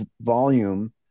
volume